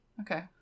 Okay